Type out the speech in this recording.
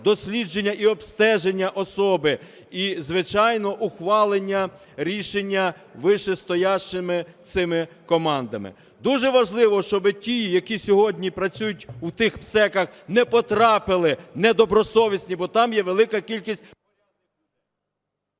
дослідження і обстеження особи і, звичайно, ухвалення рішення вищестоящими цими командами. Дуже важливо, щоби ті, які сьогодні працюють у тих МСЕК, не потрапили недобросовісні, бо там є велика кількість...